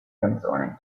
canzone